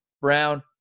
Brown